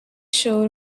shore